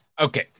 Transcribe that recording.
Okay